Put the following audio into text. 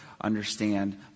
understand